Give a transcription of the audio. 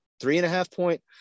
three-and-a-half-point